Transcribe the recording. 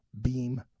beam